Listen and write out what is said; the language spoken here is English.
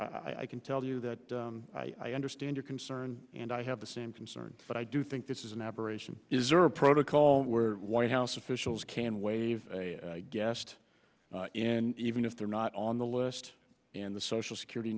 r i can tell you that i understand your concern and i have the same concerns but i do think this is an aberration is or a protocol where white house officials can waive a guest and even if they're not on the list and the social security